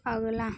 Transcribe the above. अगला